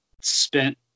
spent